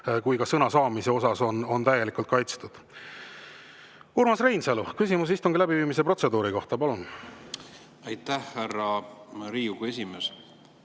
kui ka sõna saamise osas on täielikult kaitstud. Urmas Reinsalu, küsimus istungi läbiviimise protseduuri kohta, palun! Aitäh, härra Riigikogu esimees!